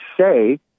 say